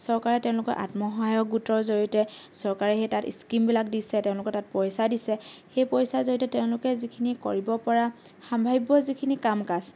চৰকাৰে তেওঁলোকক আত্মসহায়ক গোটৰ জৰিয়তে চৰকাৰে সেই তাত স্কিমবিলাক দিছে তেওঁলোকৰ তাত পইচা দিছে সেই পইচাৰ জৰিয়তে তেওঁলোকে যিখিনি কৰিব পৰা সাম্ভাব্য যিখিনি কাম কাজ